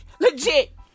legit